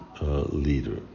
leader